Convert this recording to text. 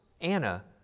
Anna